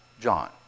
John